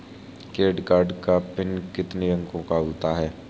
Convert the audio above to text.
Credit card का PIN कितने अंकों का होता है?